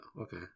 Okay